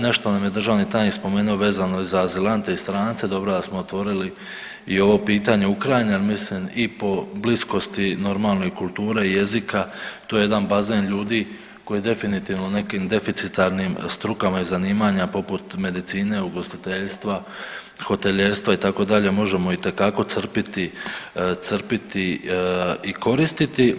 Nešto nam je državni tajnik spomenuo vezano i za azilante i strance, dobro da smo otvorili i ovoj pitanje Ukrajine jer mislim i po bliskosti, normalno i kulture i jezika, to je jedan bazen ljudi koji definitivno nekim deficitarnim strukama i zanimanja poput medicine, ugostiteljstva, hotelijerstva, itd., možemo itekako crpiti i koristiti.